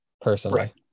personally